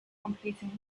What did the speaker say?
completing